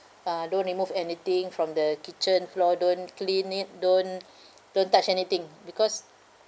uh don't remove anything from the kitchen floor don't clean it don't don't touch anything because